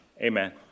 Amen